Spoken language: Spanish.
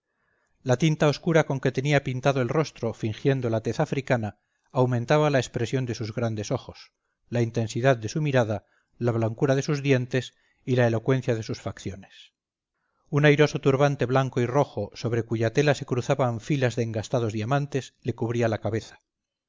la tinta oscura con que tenía pintado el rostro fingiendo la tez africana aumentaba la expresión de sus grandes ojos la intensidad de su mirada la blancura de sus dientes y la elocuencia de sus facciones un airoso turbante blanco y rojo sobre cuya tela se cruzaban filas de engastados diamantes le cubría la cabeza